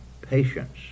patience